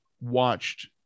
watched